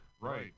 Right